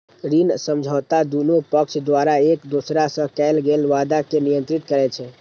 ऋण समझौता दुनू पक्ष द्वारा एक दोसरा सं कैल गेल वादा कें नियंत्रित करै छै